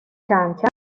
چند